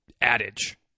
adage